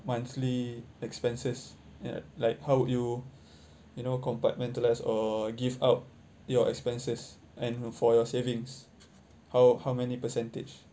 monthly expenses ya like how would you you know compartmentalized or give out your expenses and for your savings how how many percentage